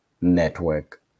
network